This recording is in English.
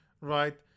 right